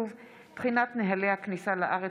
(תיקון, נציג ציבור בוועדה פנימית),